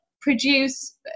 produce